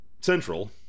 central